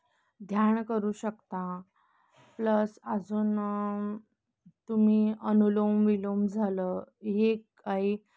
ध्यान करू शकता प्लस अजून तुम्ही अनुलोम विलोम झालं ही एक काही